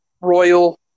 Royal